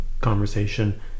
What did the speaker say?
conversation